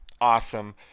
awesome